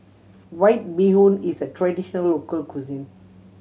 White Bee Hoon is a traditional local cuisine